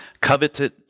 coveted